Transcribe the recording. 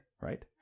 right